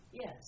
Yes